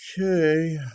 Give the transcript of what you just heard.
Okay